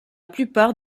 plupart